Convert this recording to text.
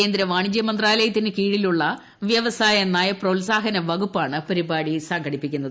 കേന്ദ്ര വാണിജ്യ മന്ത്രാലയത്തിന് കീഴിലുള്ള വ്യവസായ നയ പ്രോത്സാഹന വകുപ്പാണ് പരിപാടി സംഘടിപ്പിക്കുന്നത്